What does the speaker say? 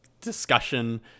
discussion